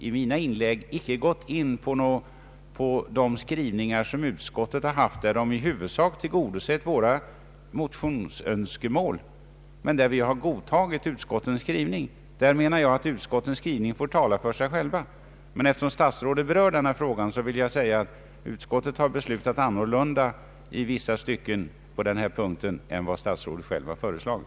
I mina inlägg har jag inte gått in på utskottets skrivningar, där det i huvudsak tillgodosett våra motionsönskemål, men eftersom statsrådet berör denna fråga vill jag framhålla att utskottet alltså har beslutat annorlunda i vissa stycken på denna punkt än vad statsrådet själv föreslagit.